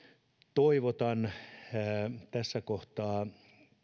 toivotan tässä kohtaa